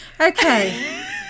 Okay